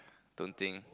don't think